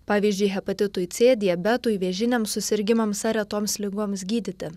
pavyzdžiui hepatitui c diabetui vėžiniams susirgimams ar retoms ligoms gydyti